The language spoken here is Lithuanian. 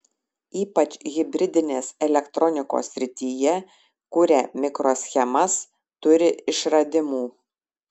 ypač hibridinės elektronikos srityje kuria mikroschemas turi išradimų